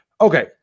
Okay